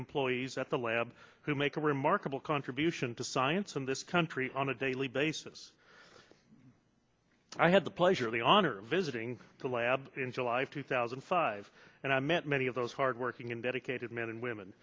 employees at the lab who make a remarkable contribution to science in this country on a daily basis i had the pleasure of the on or visiting the lab in july of two thousand and five and i met many of those hardworking and dedicated men and women